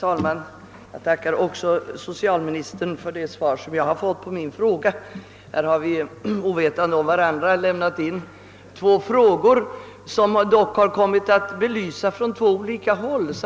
Herr talman! Också jag tackar social Ministern för svaret. Herr Werbro och jag har ovetande om varandras initiativ lämnat in två frågor rörande samma problem, som dock kommit att belysa problemet från två olika håll.